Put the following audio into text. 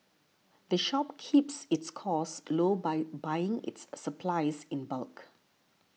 the shop keeps its costs low by buying its supplies in bulk